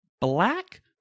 black